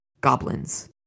goblins